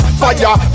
fire